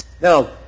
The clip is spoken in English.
Now